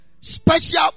special